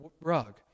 rug